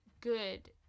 good